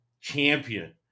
champion